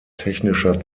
technischer